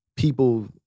people